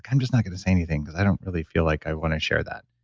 i'm just not going to say anything because i don't really feel like i want to share that,